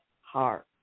heart